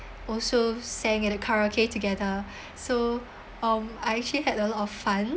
also sang at a karaoke together so um I actually had a lot of fun